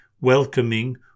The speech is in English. welcoming